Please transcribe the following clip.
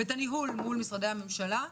ואת הניהול מול משרדי הממשלה,